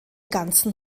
ganzen